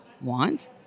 want